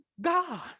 God